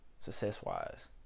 Success-wise